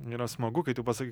yra smagu kai tu pasakai